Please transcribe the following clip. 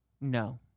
No